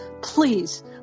Please